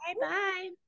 Bye-bye